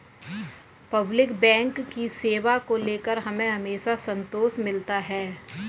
public bank की सेवा को लेकर हमें हमेशा संतोष मिलता है